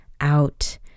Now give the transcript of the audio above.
out